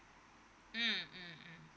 mm mm mm